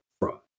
fraud